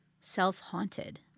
self-haunted